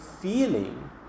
feeling